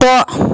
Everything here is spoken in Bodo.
द'